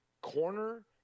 Corner